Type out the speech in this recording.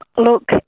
Look